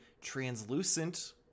Translucent